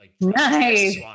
nice